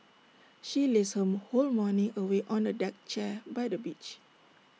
she lazed her whole morning away on A deck chair by the beach